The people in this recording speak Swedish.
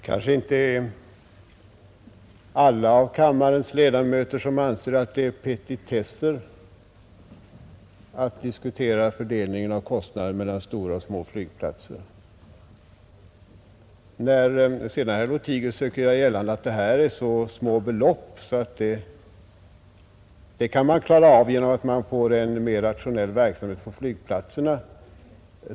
Herr talman! Det kanske inte är alla av kammarens ledamöter som anser att det är petitesser att diskutera fördelningen av kostnader mellan stora och små flygplatser. Herr Lothigius söker göra gällande att det här är så små belopp att man kan klara av kostnaderna genom att man får en mera rationell verksamhet på flygplatserna.